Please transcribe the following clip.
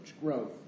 growth